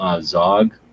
Zog